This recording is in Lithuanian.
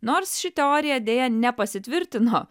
nors ši teorija deja nepasitvirtino